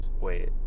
Wait